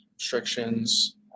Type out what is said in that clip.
restrictions